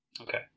Okay